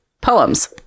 Poems